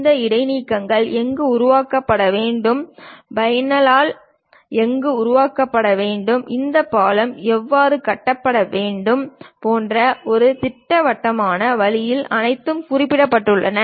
இந்த இடைநீக்கங்கள் எங்கு உருவாக்கப்பட வேண்டும் பைலான் எங்கு உருவாக்கப்பட வேண்டும் இந்த பாலம் எவ்வாறு கட்டப்பட வேண்டும் என்பது போன்ற ஒரு திட்டவட்டமான வழியில் அனைத்தும் குறிப்பிடப்படுகின்றன